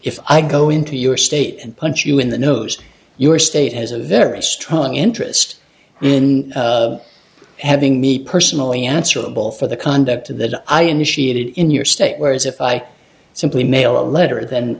if i go into your state and punch you in the nose your state has a very strong interest in having me personally answerable for the conduct of the i initiated in your state whereas if i simply mail a letter then